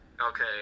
Okay